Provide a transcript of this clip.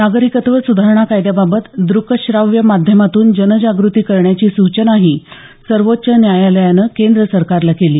नागरिकत्व सुधारणा कायद्याबाबत दुकश्राव्य माध्यमातून जनजागृती करण्याची सूचनाही सर्वोच्च न्यायालयानं केंद्र सरकारला केली